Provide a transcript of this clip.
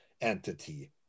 entity